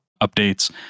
updates